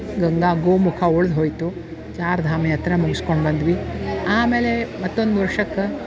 Ganga Gomukh ಉಳ್ದು ಹೋಯಿತು ಚಾರ್ಧಾಮ ಯಾತ್ರ ಮುಗ್ಸ್ಕೊಂಡು ಬಂದ್ವಿ ಆಮೇಲೆ ಮತ್ತೊಂದು ವರ್ಷಕ್ಕೆ